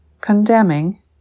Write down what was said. condemning